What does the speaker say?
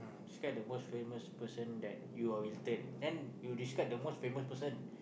describe the most famous person that you are related and you describe the most famous person